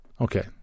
Okay